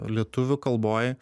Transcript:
lietuvių kalboj